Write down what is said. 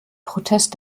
protest